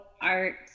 art